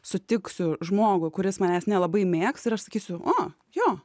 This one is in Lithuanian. sutiksiu žmogų kuris manęs nelabai mėgsta ir aš sakysiu o jo